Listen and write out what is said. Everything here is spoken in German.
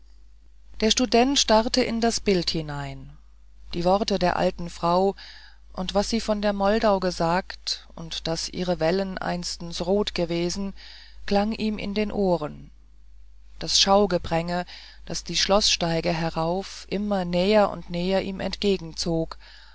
der student starrte in das bild hinein die worte der alten frau und was sie von der moldau gesagt und daß ihre wellen einstens rot gewesen klangen ihm in den ohren das schaugepränge das die schloßstiege herauf immer näher und näher ihm